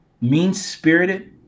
mean-spirited